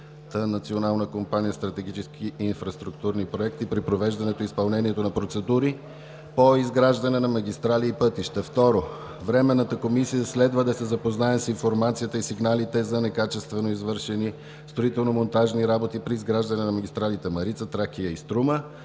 Национална компания „Стратегически и инфраструктурни проекти“ при провеждането и изпълнението на процедури по изграждане на магистрали и пътища. 2. Временната комисия следва да се запознае с информацията и сигналите за некачествено извършени строително-монтажни работи при изграждане на магистралите „Марица“, „Тракия“ и „Струма“